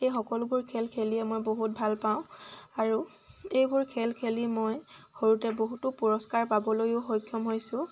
এই সকলোবোৰ খেল খেলিয়ে মই বহুত ভাল পাওঁ আৰু এইবোৰ খেল খেলি মই সৰুতে বহুতো পুৰস্কাৰ পাবলৈও সক্ষম হৈছোঁ